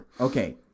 okay